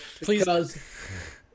Please